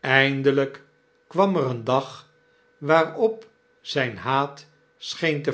eindelijk kwam er een dag waarop zijn haat scheen te